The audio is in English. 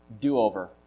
do-over